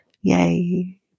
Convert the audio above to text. Yay